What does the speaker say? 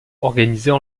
organisées